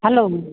hello